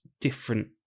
different